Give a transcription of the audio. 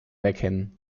erkennen